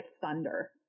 thunder